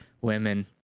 Women